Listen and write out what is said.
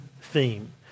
theme